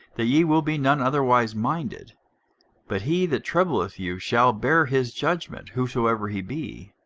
that ye will be none otherwise minded but he that troubleth you shall bear his judgment, whosoever he be.